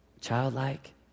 childlike